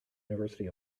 university